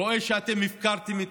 רואה שאתם הפקרתם את